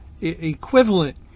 equivalent